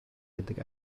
gydag